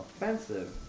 offensive